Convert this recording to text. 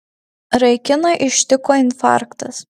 raikiną ištiko infarktas